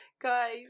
guys